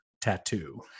Tattoo